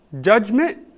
judgment